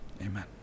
amen